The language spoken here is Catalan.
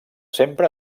sempre